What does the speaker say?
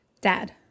Dad